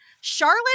Charlotte